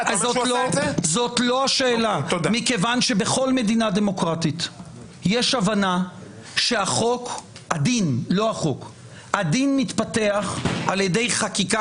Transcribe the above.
בכל מדינה דמוקרטית יש הבנה שהדין מתפתח על ידי חקיקה